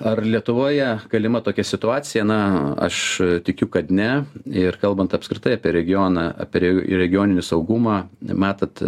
ar lietuvoje galima tokia situacija na aš tikiu kad ne ir kalbant apskritai apie regioną apie re regioninį saugumą matat